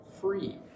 free